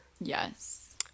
yes